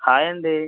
hi అండి